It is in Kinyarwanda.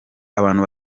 abantu